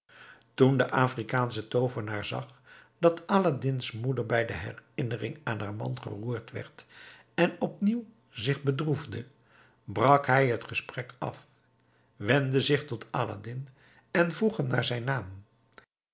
toen de afrikaansche toovenaar zag dat aladdin's moeder bij de herinnering aan haar man geroerd werd en opnieuw zich bedroefde brak hij het gesprek af wendde zich tot aladdin en vroeg hem naar zijn naam